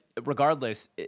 regardless